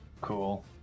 Cool